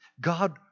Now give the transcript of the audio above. God